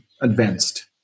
advanced